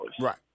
Right